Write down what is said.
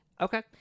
okay